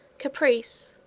caprice,